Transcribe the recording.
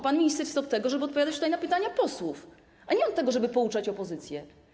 Pan minister jest od tego, żeby odpowiadać na pytania posłów, a nie od tego, żeby pouczać opozycję.